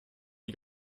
die